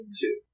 Two